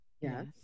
Yes